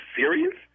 serious